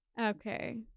Okay